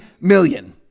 million